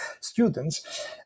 students